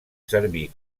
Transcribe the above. serví